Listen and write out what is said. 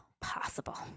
Possible